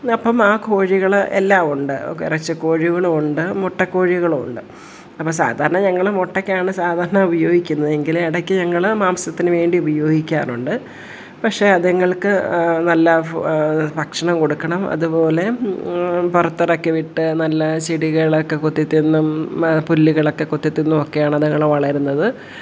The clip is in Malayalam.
അപ്പം ആ കോഴികൾ എല്ലാം ഉണ്ട് ഇറച്ചികോഴികളുമുണ്ട് മുട്ട കോഴികളുമുണ്ട് അപ്പം സാധാരണ ഞങ്ങൾ മുട്ടക്കാണ് സാധാരണ ഉപയോഗിക്കുന്നത് എങ്കിൽ ഇടക്ക് ഞങ്ങൾ മാംസത്തിന് വേണ്ടി ഉപയോഗിക്കാറുണ്ട് പക്ഷേ അതുങ്ങൾക്ക് നല്ല ഭക്ഷണം കൊടുക്കണം അതുപോലെ പുറത്തിറക്കി വിട്ട് നല്ല ചെടികളെക്കെ കുത്തിത്തിന്നും പുല്ലുകളൊക്കെ കുത്തിതിന്നുവൊക്കെയാണ് അതുങ്ങൾ വളരുന്നത്